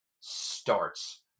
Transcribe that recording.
starts